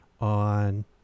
on